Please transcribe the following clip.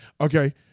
Okay